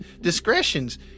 discretions